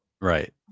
Right